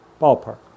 Ballpark